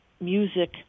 Music